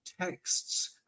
texts